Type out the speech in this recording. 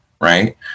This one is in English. right